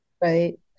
Right